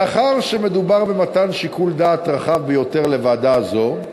מאחר שמדובר במתן שיקול דעת רחב ביותר לוועדה זו,